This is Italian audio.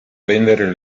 vendere